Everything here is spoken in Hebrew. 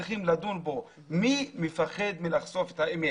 צריכים לדון בו מי מפחד מלחשוף את האמת?